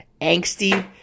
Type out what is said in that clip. angsty